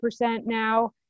now